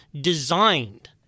designed